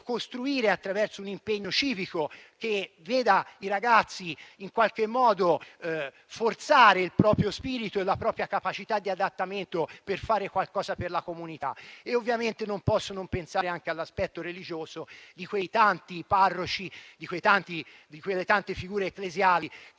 costruire un impegno civico che veda i ragazzi, in qualche modo, forzare il proprio spirito e la propria capacità di adattamento, per fare qualcosa per la comunità. Ovviamente, non posso non pensare anche all'aspetto religioso di quei tanti parroci, di quelle tante figure ecclesiali che